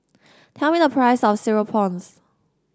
tell me the price of Cereal Prawns